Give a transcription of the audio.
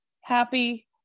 happy